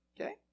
Okay